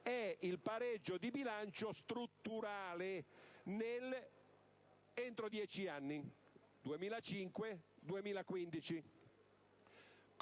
È il pareggio di bilancio strutturale entro dieci anni: 2005-2015.